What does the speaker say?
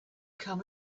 come